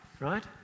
right